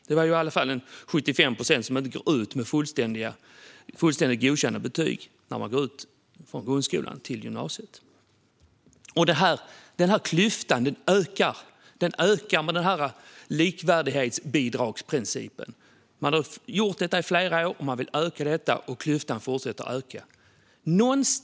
Det är i alla fall ungefär 25 procent som inte går ut med fullständiga, godkända betyg när de lämnar grundskolan och ska vidare till gymnasiet. Den här klyftan ökar med likvärdighetsbidragsprincipen. Man har gjort detta i flera år. Nu vill man öka ytterligare, och klyftan fortsätter att växa.